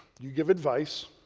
you give advice.